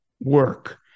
work